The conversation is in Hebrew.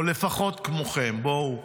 או לפחות כמוכם, בואו.